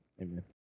amen